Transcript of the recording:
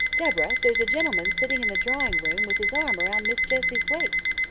deborah, there's a gentleman sitting in the drawing-room with his arm round miss jessie's waist!